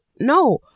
no